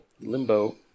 Limbo